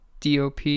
DOP